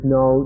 no